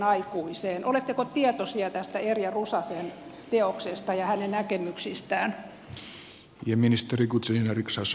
oletteko tietoinen tästä erja rusasen teoksesta ja hänen näkemyksistään